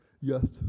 yes